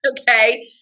okay